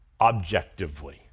objectively